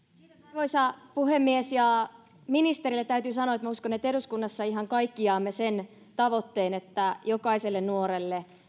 arvoisa puhemies ministerille täytyy sanoa että minä uskon että eduskunnassa ihan kaikki jaamme sen tavoitteen että jokaiselle nuorelle